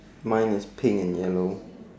mine is pink and yellow